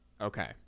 Okay